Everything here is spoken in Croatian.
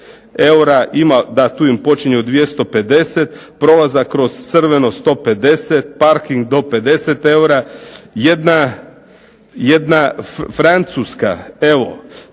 eura ima tu im počinje od 250, prolazak kroz crveno 150, parking do 50 eura, jedna Francuska evo,